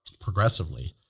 progressively